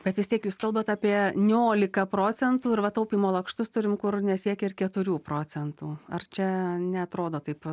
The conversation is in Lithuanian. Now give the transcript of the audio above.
bet vis tiek jūs kalbat apie niolika procentų ir va taupymo lakštus turim kur nesiekia ir keturių procentų ar čia neatrodo taip